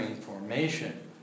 formation